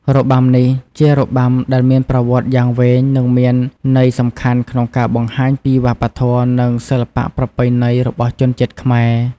របាំនេះ ជារបាំដែលមានប្រវត្តិយ៉ាងវែងនិងមានន័យសំខាន់ក្នុងការបង្ហាញពីវប្បធម៌ និងសិល្បៈប្រពៃណីរបស់ជនជាតិខ្មែរ។